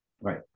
right